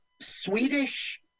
Swedish